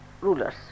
rulers